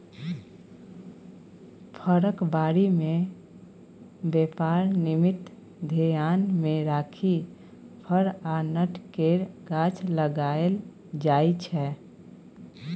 फरक बारी मे बेपार निमित्त धेआन मे राखि फर आ नट केर गाछ लगाएल जाइ छै